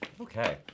Okay